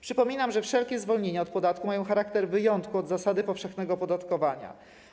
Przypominam, że wszelkie zwolnienia od podatku mają charakter wyjątku od zasady powszechnego opodatkowania.